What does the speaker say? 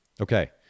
Okay